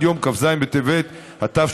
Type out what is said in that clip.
עד יום כ"ז בטבת התשפ"ב,